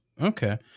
Okay